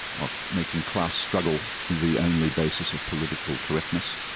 of making class struggle the only basis of political correctness,